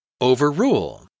Overrule